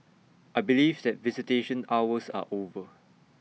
I believe that visitation hours are over